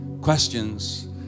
questions